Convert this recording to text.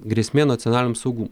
grėsmė nacionaliniam saugumui